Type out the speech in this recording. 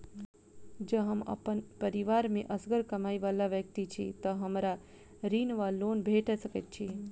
जँ हम अप्पन परिवार मे असगर कमाई वला व्यक्ति छी तऽ हमरा ऋण वा लोन भेट सकैत अछि?